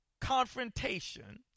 confrontation